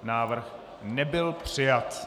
Návrh nebyl přijat.